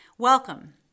Welcome